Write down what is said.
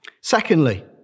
Secondly